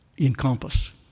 encompass